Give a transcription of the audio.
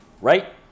right